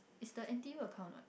is the N_T_U account what